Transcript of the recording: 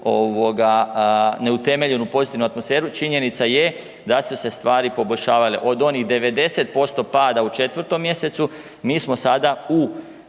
neutemeljenu pozitivnu atmosferu, činjenica je da su se stvari poboljšavale. Od onih 90% pada u 4. mjesecu mi smo sada u